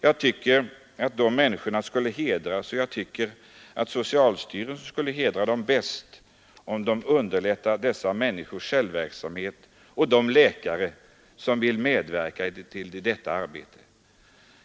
Jag tycker att de människorna bör hedras och att socialstyrelsen skulle hedra dem bäst genom att underlätta deras självverksamhet och verksamheten för de läkare som vill medverka i detta arbete.